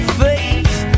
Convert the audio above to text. face